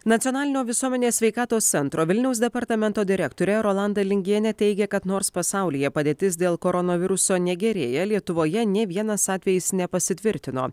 nacionalinio visuomenės sveikatos centro vilniaus departamento direktorė rolanda lingienė teigia kad nors pasaulyje padėtis dėl koronaviruso negerėja lietuvoje nė vienas atvejis nepasitvirtino